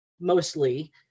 mostly